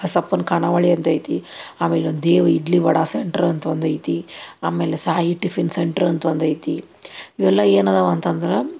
ಬಸಪ್ಪನ ಖಾನಾವಳಿ ಅಂತೈತಿ ಆಮೇಲೆ ಒಂದು ದೇವಿ ಇಡ್ಲಿ ವಡೆ ಸೆಂಟ್ರ್ ಅಂತ ಒಂದು ಐತಿ ಆಮೇಲೆ ಸಾಯಿ ಟಿಫಿನ್ ಸೆಂಟ್ರ್ ಅಂತ ಒಂದು ಐತಿ ಇವೆಲ್ಲ ಏನು ಅದಾವೆ ಅಂತಂದ್ರೆ